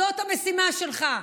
זאת המשימה שלך,